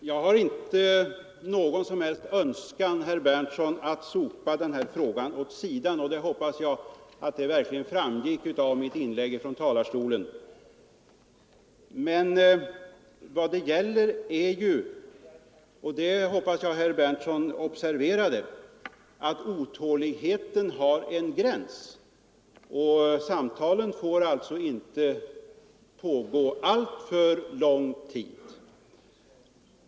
Herr talman! Jag har ingen som helst önskan, herr Berndtson, att sopa den här frågan åt sidan. Jag hoppas att det verkligen framgick av mitt inlägg från talarstolen. Men det jag anser är ju, och det hoppas jag att herr Berndtson observerade, att otåligheten har en gräns. Samtalen får alltså inte pågå alltför lång tid.